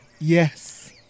Yes